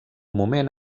moment